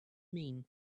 mean